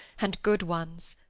and good ones,